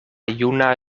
juna